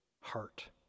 heart